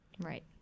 Right